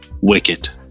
Wicket